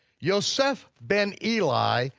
yoseph ben eli,